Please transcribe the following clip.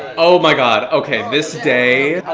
oh my god. okay. this day.